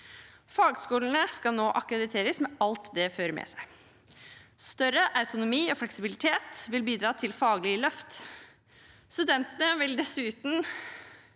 Fagskolene skal nå akkrediteres, med alt det fører med seg. Større autonomi og fleksibilitet vil bidra til faglige løft. Studentene vil dessuten